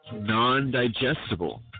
non-digestible